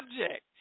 subject